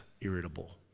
irritable